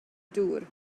dŵr